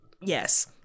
yes